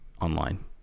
online